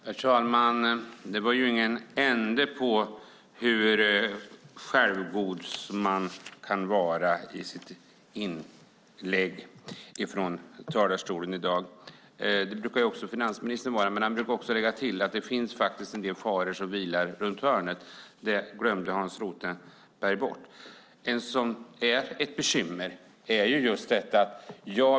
Herr talman! Det var ingen ände på hur självgod man kan vara i sitt inlägg. Det brukar också finansministern vara, men han brukar lägga till att det finns en del faror som vilar runt hörnet. Det glömde Hans Rothenberg bort.